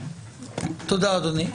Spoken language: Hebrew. תודה, אדוני.